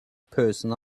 person